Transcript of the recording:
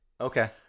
Okay